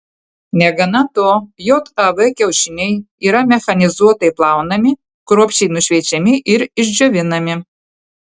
negana to jav kiaušiniai yra mechanizuotai plaunami kruopščiai nušveičiami ir išdžiovinami